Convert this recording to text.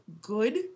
good